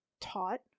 taught